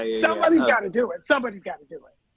ah somebody's got to do it. somebody's got to do it.